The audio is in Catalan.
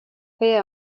fer